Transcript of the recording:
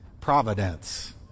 Providence